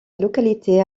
localité